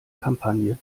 kampagne